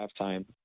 halftime